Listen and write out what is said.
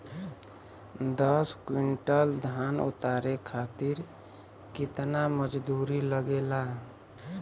दस क्विंटल धान उतारे खातिर कितना मजदूरी लगे ला?